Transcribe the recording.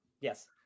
yes